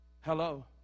Hello